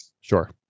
Sure